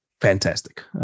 fantastic